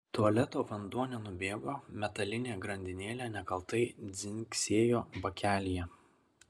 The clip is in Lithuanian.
tualeto vanduo nenubėgo metalinė grandinėlė nekaltai dzingsėjo bakelyje